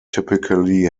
typically